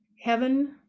heaven